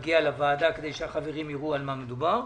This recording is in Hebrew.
מונח בוועדה כדי שהחברים יראו על מה מדובר,